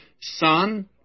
son